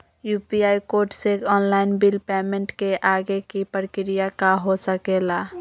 UPI code से online bill payment के आगे के प्रक्रिया का हो सके ला?